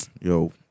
yo